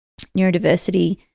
neurodiversity